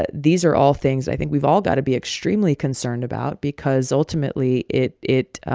ah these are all things i think we've all got to be extremely concerned about because, ultimately, it it